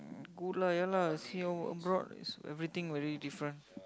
good lah ya lah see how abroad is everything very different